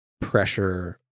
pressure